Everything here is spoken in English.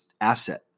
asset